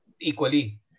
equally